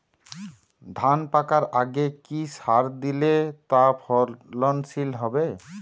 ধান পাকার আগে কি সার দিলে তা ফলনশীল হবে?